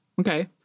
okay